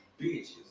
bitches